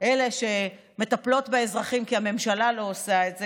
אלה שמטפלות באזרחים כי הממשלה לא עושה את זה,